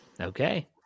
Okay